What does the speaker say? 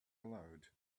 aloud